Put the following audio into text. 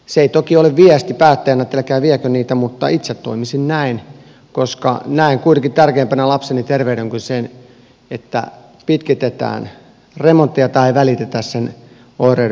se ei toki ole viesti päättäjänä että älkää viekö niitä mutta itse toimisin näin koska näen kuitenkin tärkeämpänä lapseni terveyden kuin sen että pitkitetään remonttia tai ei välitetä oireiden vakavuudesta